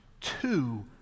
Two